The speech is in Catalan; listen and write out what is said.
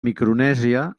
micronèsia